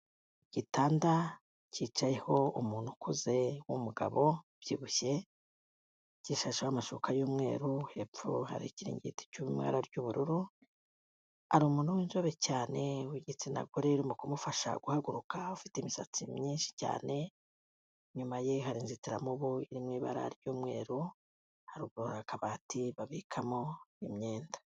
Igitanda cyicayeho umuntu ukuze wumugabo ubyibushye, gishashaho amashuka y'umweru, hepfo hari ikiringiti kiri mw'ibara ry'ubururu, hari umuntu w'inzobe cyane w'igitsina gore arimo kumufasha guhaguruka afite imisatsi myinshi cyane, nyuma ye hari inzitiramubu iririmo ibara ry'umweru, haguru hari akabati babikamo imyenda.